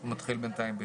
אנא תקראי אותם.